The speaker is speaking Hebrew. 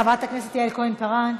חבר הכנסת יעל כהן-פארן,